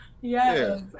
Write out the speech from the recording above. Yes